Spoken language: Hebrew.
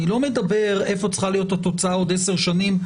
אני לא מדבר איפה צריכה להיות התוצאה בעוד עשר שנים.